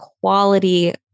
quality